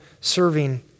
serving